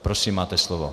Prosím, máte slovo.